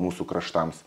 mūsų kraštams